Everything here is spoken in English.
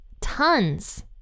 tons